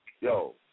yo